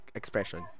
expression